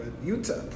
Utah